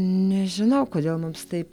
nežinau kodėl mums taip